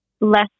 less